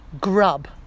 grub